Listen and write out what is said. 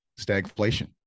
stagflation